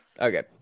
Okay